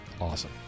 awesome